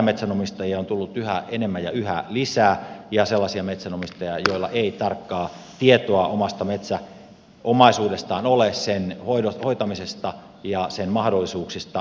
etämetsänomistajia on tullut yhä enemmän ja yhä lisää ja sellaisia metsänomistajia joilla ei tarkkaa tietoa omasta metsäomaisuudestaan ole sen hoitamisesta ja sen mahdollisuuksista